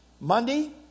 Monday